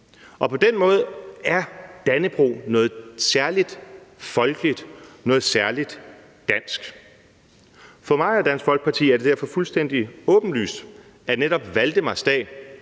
Og på den måde er dannebrog noget særligt folkeligt, noget særligt dansk. For mig og Dansk Folkeparti er det derfor fuldstændig åbenlyst, at netop valdemarsdag,